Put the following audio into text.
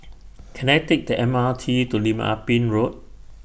Can I Take The M R T to Lim Ah Pin Road